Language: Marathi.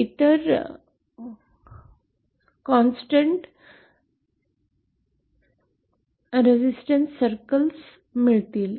इतर निरंतर प्रतिरोधक वर्तुळे मिळतील